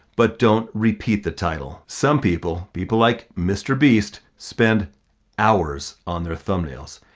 but don't repeat the title. some people, people like mr. beast spend hours on their thumbnails.